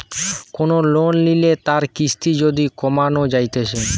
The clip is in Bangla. কোন লোন লিলে তার কিস্তি যদি কমানো যাইতেছে